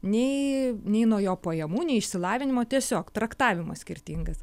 nei nei nuo jo pajamų nei išsilavinimo tiesiog traktavimas skirtingas